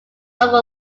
over